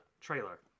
trailer